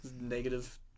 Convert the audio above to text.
Negative